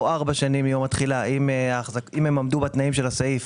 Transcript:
ארבע שנים מיום התחילה אם הם עמדו בתנאים של הסעיף,